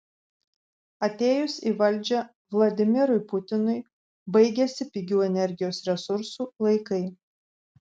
atėjus į valdžią vladimirui putinui baigėsi pigių energijos resursų laikai